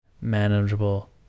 manageable